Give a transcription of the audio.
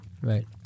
Right